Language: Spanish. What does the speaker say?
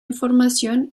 información